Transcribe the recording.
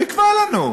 הוא יקבע לנו.